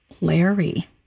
Larry